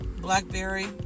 Blackberry